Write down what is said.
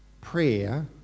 prayer